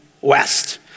west